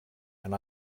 and